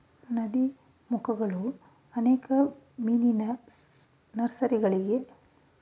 ನದೀಮುಖಗಳು ಅನೇಕ ಮೀನಿನ ನರ್ಸರಿಗಳಿಗೆ ಆವಾಸಸ್ಥಾನಗಳನ್ನು ಒದಗಿಸುತ್ವೆ ಉದಾ ಸ್ಯಾಲ್ಮನ್ ಮತ್ತು ಸೀ ಟ್ರೌಟ್